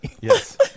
Yes